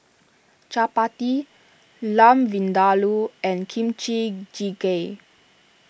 Chapati Lamb Vindaloo and Kimchi Jjigae